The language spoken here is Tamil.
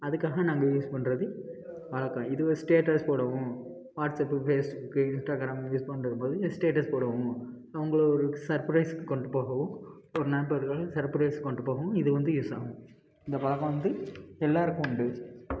அதுக்காக நாங்கள் யூஸ் பண்ணுறது வழக்கம் இது ஒரு ஸ்டேட்டஸ் போடவும் வாட்ஸ்ஆப்பு ஃபேஸ்புக்கு இன்ஸ்ட்டாகிராமு யூஸ் பண்ணுறதுக்கு பதில் இது ஸ்டேட்டஸ் போடுவோம் அவங்கள ஒரு சர்ப்ரைஸுக்கு கொண்டு போகவும் ஒரு நண்பர்கள் சர்ப்ரைஸுக்கு கொண்டு போகவும் இது வந்து யூஸ் ஆகும் இந்த பழக்கம் வந்து எல்லோருக்கும் உண்டு